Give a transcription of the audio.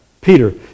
Peter